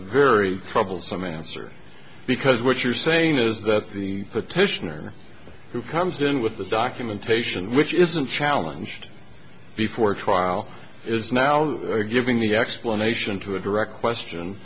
very troublesome answer because what you're saying is that the petitioner who comes in with the documentation which isn't challenge before trial is now giving the explanation to a direct question